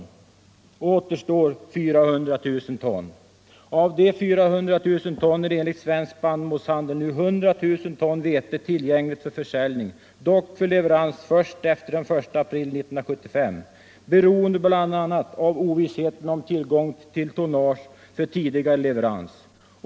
Följaktligen återstår för närvarande ca 400 000 ton. Av dessa 400 000 ton vete är enligt Svensk spannmålshandel nu 100 000 ton tillgängliga för försäljning, dock för leverans först efter den 1 april 1975, beroende bl.a. på ovissheten om tillgång till tonnage för tidigare leverans.